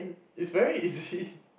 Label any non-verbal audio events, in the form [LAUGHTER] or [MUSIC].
it's very easy [BREATH]